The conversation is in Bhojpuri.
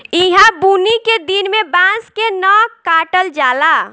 ईहा बुनी के दिन में बांस के न काटल जाला